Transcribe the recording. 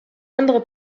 andere